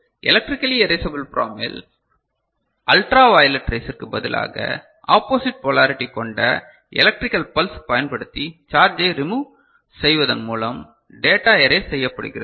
electrically erasable PROM இல் ultraviolet ரேசிற்கு பதிலாக ஆபோசிட் போலரிட்டி கொண்ட எலெக்ட்ரிக்கல் பல்ஸ் பயன்படுத்தி சார்ஜை ரிமூவ் செய்வதன்மூலம் டேட்டா எரேஸ் செய்யப்படுகிறது